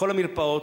בכל המרפאות,